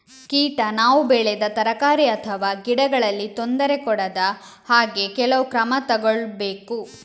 ಕೀಟ ನಾವು ಬೆಳೆದ ತರಕಾರಿ ಅಥವಾ ಗಿಡಗಳಿಗೆ ತೊಂದರೆ ಕೊಡದ ಹಾಗೆ ಕೆಲವು ಕ್ರಮ ತಗೊಳ್ಬೇಕು